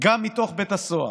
גם מתוך בית הסוהר.